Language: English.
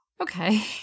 Okay